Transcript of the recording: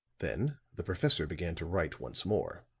then the professor began to write once more.